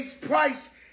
price